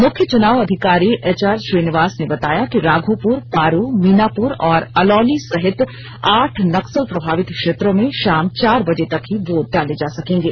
मुख्य चुनाव अधिकारी एचआर श्रीनिवास ने बताया कि राघोपुर पारू मीनापुर और अलौली सहित आठ नक्सल प्रभावित क्षेत्रों में शाम चार बजे तक ही वोट डाले जा सकेंगे